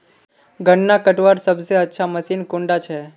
गन्ना कटवार सबसे अच्छा मशीन कुन डा छे?